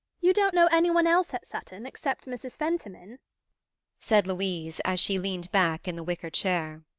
you don't know anyone else at sutton except mrs. fentiman said louise, as she leaned back in the wicker chair.